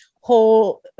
whole